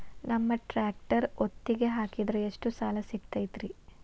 ನಮ್ಮ ಟ್ರ್ಯಾಕ್ಟರ್ ಒತ್ತಿಗೆ ಹಾಕಿದ್ರ ಎಷ್ಟ ಸಾಲ ಸಿಗತೈತ್ರಿ?